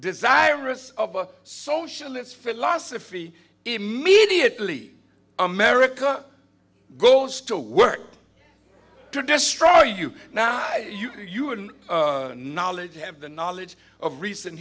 desirous of a socialist philosophy immediately america goes to work to destroy you now you are in knowledge you have the knowledge of recent